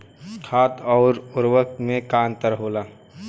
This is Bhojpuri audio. खाद्य आउर उर्वरक में का अंतर होला?